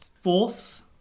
Fourth